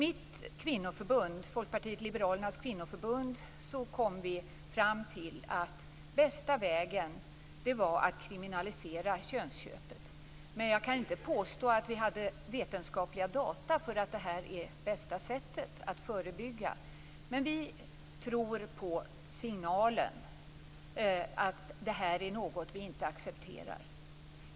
I Folkpartiet liberalernas kvinnoförbund kom vi fram till att bästa vägen var att kriminalisera könsköpet, men jag kan inte påstå att vi hade vetenskapliga data på att det är bästa sättet att förebygga. Vi tror på värdet av signalen att könsköpet är något som vi inte accepterar.